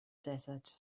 desert